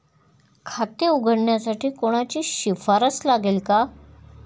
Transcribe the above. खाते उघडण्यासाठी कोणाची शिफारस लागेल का?